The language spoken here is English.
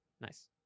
Nice